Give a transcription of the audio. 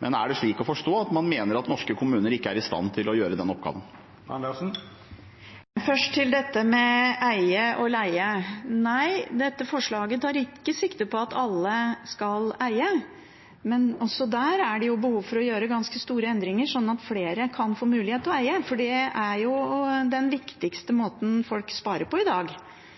Er det slik å forstå at man mener at norske kommuner ikke er i stand til å gjøre den oppgaven? Først til dette med eie og leie: Nei, dette forslaget tar ikke sikte på at alle skal eie, men også der er det behov for å gjøre ganske store endringer, slik at flere kan få mulighet til å eie, for det er jo den viktigste måten folk sparer på i dag.